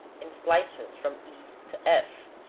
in slices from e to f.